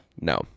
No